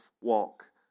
walk